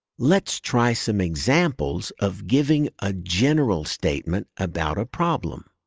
let's try some examples of giving a general statement about a problem.